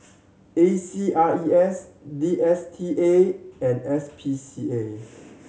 A C R E S D S T A and S P C A